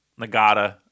Nagata